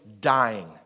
dying